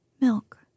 milk